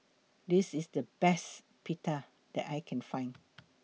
This IS The Best Pita that I Can Find